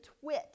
twit